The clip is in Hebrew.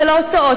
של ההוצאות,